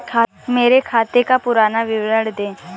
मेरे खाते का पुरा विवरण दे?